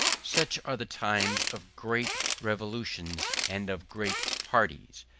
such are the times of great revolutions and of great parties.